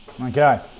Okay